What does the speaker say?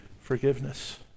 forgiveness